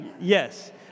Yes